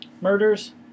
murders